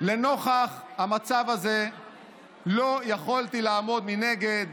נוכח המצב הזה לא יכולתי לעמוד מנגד,